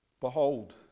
Behold